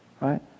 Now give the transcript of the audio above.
right